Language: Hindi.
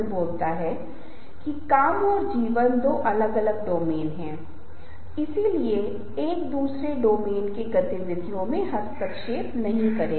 आप जानते हैं कि मूल्य अधिक सामान्य हो सकते हैं जबकि विश्वास अधिक विशिष्ट उपश्रेणी है मैं मूल्यों के बारे में कहूंगा और ध्यान दे की ये अनुनय को काफी प्रभावित करते हैं